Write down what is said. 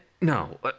No